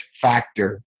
factor